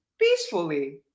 peacefully